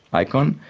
icon,